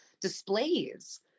displays